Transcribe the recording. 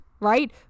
right